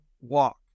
walk